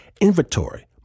inventory